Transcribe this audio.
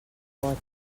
boig